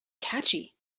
catchy